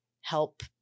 help